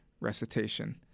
recitation